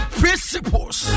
principles